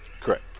Correct